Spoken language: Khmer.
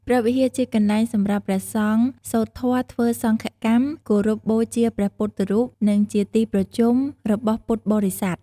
ព្រះវិហារជាកន្លែងសម្រាប់ព្រះសង្ឃសូត្រធម៌ ធ្វើសង្ឃកម្ម គោរពបូជាព្រះពុទ្ធរូប និងជាទីប្រជុំរបស់ពុទ្ធបរិស័ទ។